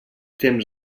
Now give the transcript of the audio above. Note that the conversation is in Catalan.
temps